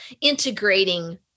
integrating